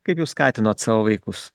kaip jūs skatinot savo vaikus